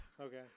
Okay